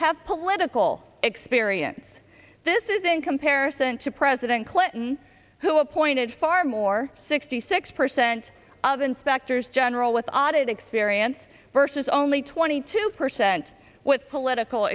have political experience this is in comparison to president clinton who appointed far more sixty six percent of inspectors general with audit experience versus only twenty two percent with political